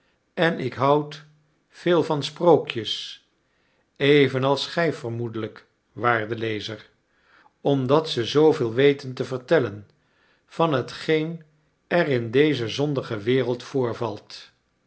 ea ik houd veel van sprookjes evenals gij vermoedelijk waarde lezer omdat ze zooveel weten te vertellen van hetgeen er in deze zondige wereld voorvalt